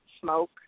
smoke